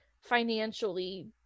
financially